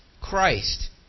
Christ